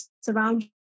surround